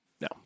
No